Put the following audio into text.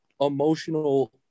emotional